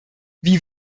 wie